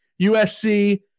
USC